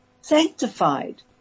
sanctified